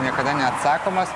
niekada neatsakomas